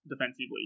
defensively